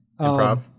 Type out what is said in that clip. Improv